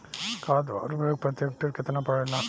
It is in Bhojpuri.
खाद व उर्वरक प्रति हेक्टेयर केतना परेला?